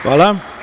Hvala.